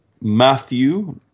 Matthew